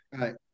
Right